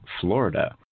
Florida